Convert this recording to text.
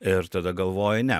ir tada galvoji ne